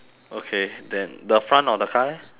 okay then the front of the car leh